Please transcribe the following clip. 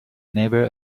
never